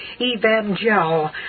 Evangel